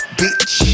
bitch